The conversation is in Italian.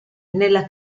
nella